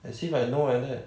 as if I know like that